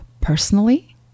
personally